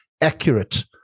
accurate